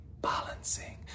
balancing